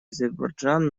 азербайджан